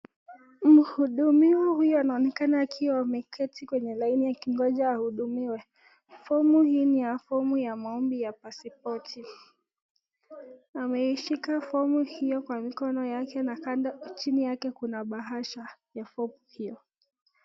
Mhudumiwa huyu anaonekana kuwa ameketi kwenye laini akiongoja ahudumiwe fomu hii ni fomu ya maombi ya pasipoti. Ameishika fomu hiyo kwa mkono yake na kando chini yake kuna bahasha ya fomu hiyo.